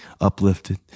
uplifted